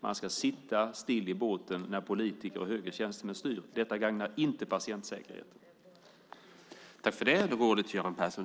Man ska sitta still i båten när politiker och högre tjänstemän styr. Detta gagnar inte patientsäkerheten.